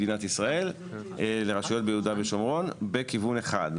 בכיוון אחד,